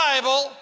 Bible